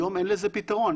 היום אין לזה פתרון,